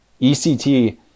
ect